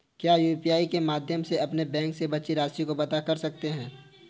क्या यू.पी.आई के माध्यम से अपने बैंक में बची राशि को पता कर सकते हैं?